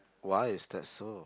why is that so